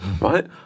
right